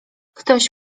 ktoś